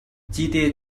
cite